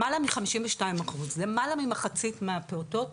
למעלה מ-52 אחוז, למעלה ממחצית מהפעוטות